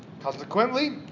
Consequently